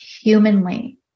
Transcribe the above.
humanly